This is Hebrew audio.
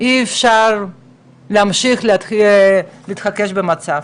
אי אפשר להמשיך להתכחש למצב.